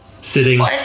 sitting